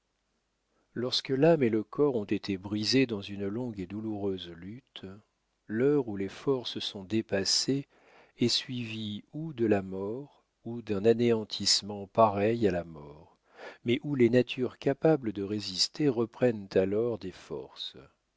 lorsque l'âme et le corps ont été brisés dans une longue et douloureuse lutte l'heure où les forces sont dépassées est suivie ou de la mort ou d'un anéantissement pareil à la mort mais où les natures capables de résister reprennent alors des forces